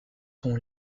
son